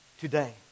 today